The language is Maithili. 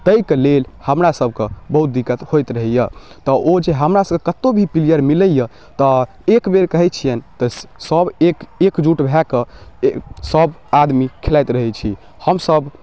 ताहिके लेल हमरासभके बहुत दिक्कत होइत रहैए तऽ ओ जे हमरासभके कतहु भी प्लेइर मिलैए तऽ एकबेर कहै छिअनि तऽ सभ एक एकजुट भऽ कऽ सभ आदमी खेलाइत रहै छी हमसभ